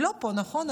הם לא פה, נכון?